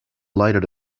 lighted